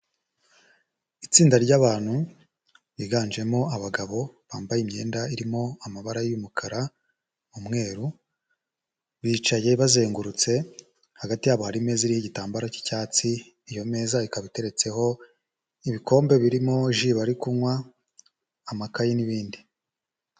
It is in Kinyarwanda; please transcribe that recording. Itsinda ry'abantu biganjemo abagabo bambaye imyenda irimo amabara y'umukara, umweru, bicaye bazengurutse, hagati yabo hari imeza iriho igitambaro cy'icyatsi, iyo meza ikaba iteretseho ibikombe birimo ibikombe birimo ji bari kunywa, amakaye n'ibindi.